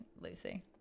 Lucy